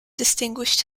distinguished